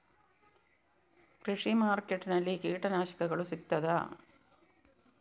ಕೃಷಿಮಾರ್ಕೆಟ್ ನಲ್ಲಿ ಕೀಟನಾಶಕಗಳು ಸಿಗ್ತದಾ?